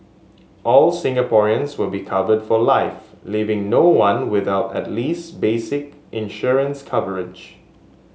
all Singaporeans will be covered for life leaving no one without at least basic insurance coverage